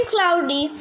Cloudy